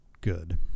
good